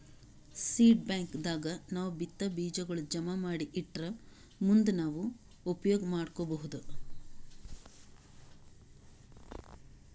seed bank ದಾಗ್ ನಾವ್ ಬಿತ್ತಾ ಬೀಜಾಗೋಳ್ ಜಮಾ ಮಾಡಿ ಇಟ್ಟರ್ ಮುಂದ್ ನಾವ್ ಉಪಯೋಗ್ ಮಾಡ್ಕೊಬಹುದ್